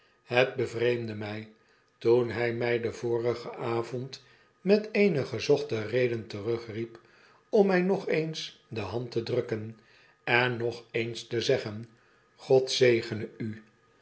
hetbevreemdde my toen hy my den vorigen avond met eene gezochte reden terugriep om mij nog eens de hand te drukken en nog eens te zeggen god zegene u